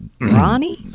Ronnie